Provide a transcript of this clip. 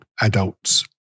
adults